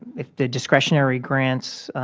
if the discretionary grants are